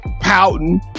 pouting